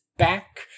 back